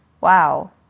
wow